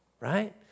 right